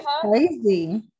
crazy